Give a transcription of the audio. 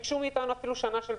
הם ביקשו מאיתנו דחייה אפילו של שנה,